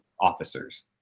officers